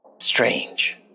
strange